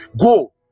Go